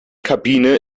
kabine